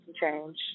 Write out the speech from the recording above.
change